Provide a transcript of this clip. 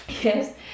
Yes